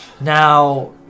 Now